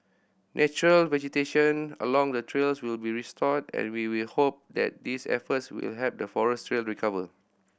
natural vegetation along the trails will be restored and we will hope that these efforts will help the forest trail recover